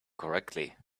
correctly